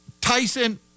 Tyson